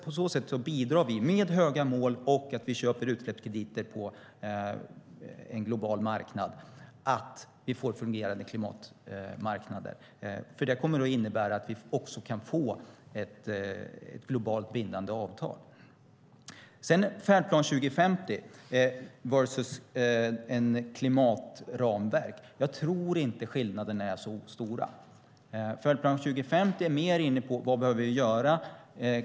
På så sätt bidrar vi, med höga mål och genom att vi köper utsläppskrediter på en global marknad, till att vi får fungerande klimatmarknader. Det kommer att innebära att vi också kan få ett globalt bindande avtal. Färdplan 2050 är ett klimatramverk. Jag tror inte att skillnaderna är så stora. Färdplan 2050 är mer inne på vad vi behöver göra.